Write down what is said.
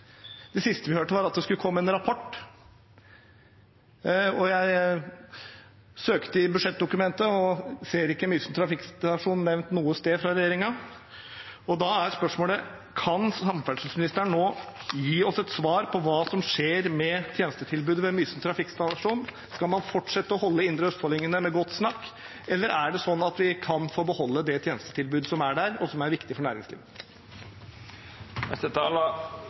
Det siste vi hørte, var at det skulle komme en rapport. Jeg søkte i budsjettdokumentet og så ikke Mysen trafikkstasjon nevnt noe sted av regjeringen. Da er spørsmålet: Kan samferdselsministeren nå gi oss et svar på hva som skjer med tjenestetilbudet ved Mysen trafikkstasjon? Skal man fortsette å holde indreøstfoldingene med godt snakk, eller er det sånn at vi kan få beholde det tjenestetilbudet som er der, og som er viktig for næringslivet?